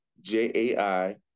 j-a-i